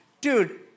dude